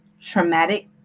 traumatic